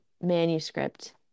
manuscript